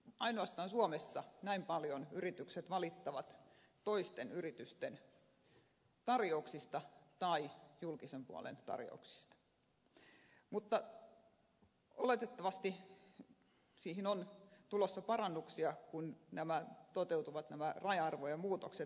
ainoastaan suomessa yritykset valittavat näin paljon toisten yritysten tarjouksista tai julkisen puolen tarjouksista mutta oletettavasti siihen on tulossa parannuksia kun nämä raja arvojen muutokset toteutuvat